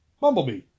Bumblebee